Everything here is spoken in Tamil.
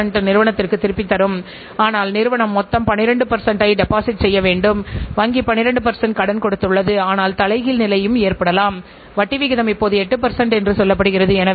இந்தியப் பொருளாதாரத்தை தாராளமயமாக்குவதற்கு முன்னர் சந்தையில் முன்னோடியாக திகழ்ந்த பல இந்திய நிறுவனங்கள் இன்று சந்தையிலிருந்து வெளியேற்றப்பட்டனர்